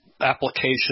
application